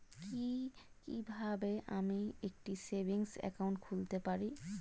কি কিভাবে আমি একটি সেভিংস একাউন্ট খুলতে পারি?